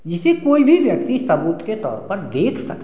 जिसे कोई भी व्यक्ति सबूत के तौर पर देख सकते हैं